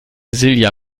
silja